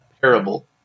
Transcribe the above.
parable